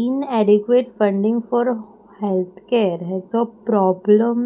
inadequate funding for health care हेचो problem